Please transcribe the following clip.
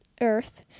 earth